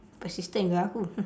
persistent ke aku